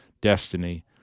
destiny